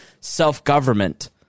self-government